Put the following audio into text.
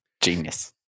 Genius